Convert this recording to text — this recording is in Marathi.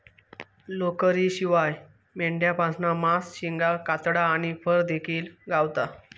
लोकरीशिवाय मेंढ्यांपासना मांस, शिंगा, कातडा आणि फर देखिल गावता